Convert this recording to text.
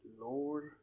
Lord